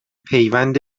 پیوند